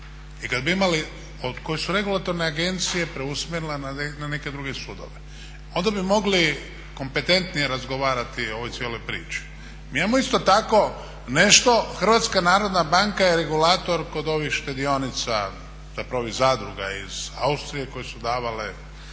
sudova. Koji su regulatorne agencije preusmjerile na neke druge sudove. Onda bi mogli kompetentnije razgovarati o ovoj cijeloj priči. Mi imamo isto tako nešto, HNB je regulator kod ovih štedionica zapravo ovih zadruga iz Austrije koje su davale